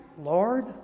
Lord